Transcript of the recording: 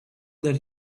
that